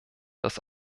dass